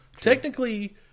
technically